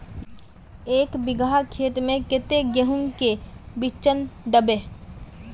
एक बिगहा खेत में कते गेहूम के बिचन दबे?